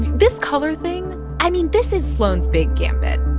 this color thing i mean, this is sloan's big gambit.